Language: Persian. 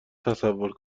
تصور